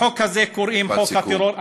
לחוק הזה קוראים חוק הטרור,